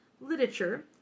literature